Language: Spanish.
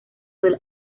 del